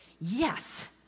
Yes